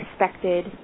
expected